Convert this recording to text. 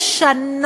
למרות שיש שיטה,